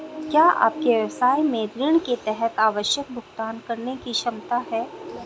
क्या आपके व्यवसाय में ऋण के तहत आवश्यक भुगतान करने की क्षमता है?